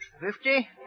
Fifty